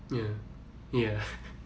ya ya